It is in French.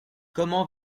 comment